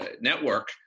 network